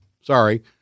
Sorry